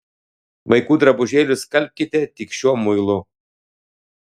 vaikų drabužėlius skalbkite tik šiuo muilu